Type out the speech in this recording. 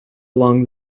along